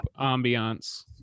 ambiance